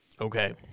Okay